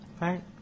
Right